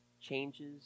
changes